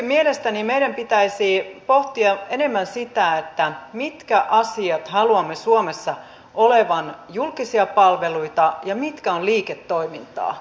mielestäni meidän pitäisi myöskin pohtia enemmän sitä minkä asioiden haluamme suomessa olevan julkisia palveluita ja mitkä ovat liiketoimintaa